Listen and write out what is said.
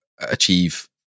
achieve